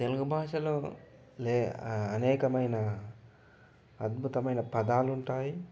తెలుగు భాషలో లే అనేకమైన అద్భుతమైన పదాలు ఉంటాయి